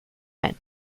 ein